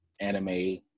anime